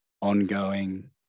ongoing